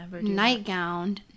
nightgown